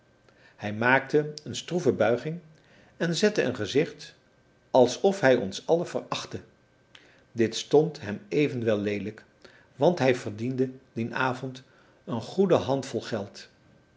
hij maakte een stroeve buiging en zette een gezicht als of hij ons allen verachtte dit stond hem evenwel leelijk want hij verdiende dien avond een goede handvol geld